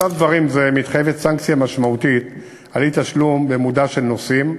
במצב דברים זה מתחייבת סנקציה משמעותית על אי-תשלום במודע של נוסעים,